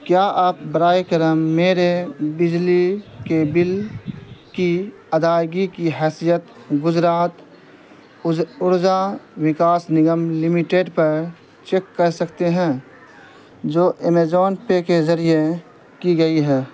کیا آپ برائے کرم میرے بجلی کے بل کی ادائیگی کی حیثیت گجرات اورجا وکاس نگم لمیٹڈ پر چیک کر سکتے ہیں جو ایمیزون پے کے ذریعے کی گئی ہے